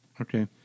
Okay